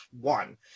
one